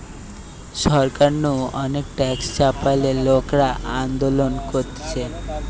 সরকার নু অনেক ট্যাক্স চাপালে লোকরা আন্দোলন করতিছে